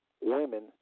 women